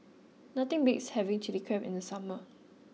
nothing beats having Chilli Crab in the summer